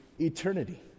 eternity